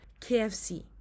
KFC